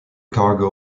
cargo